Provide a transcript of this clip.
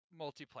multiplayer